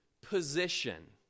position